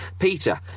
Peter